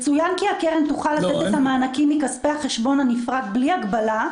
"יצוין שהקרן תוכל לתת את המענקים מכספי החשבון הנפרד ללא הגבלה,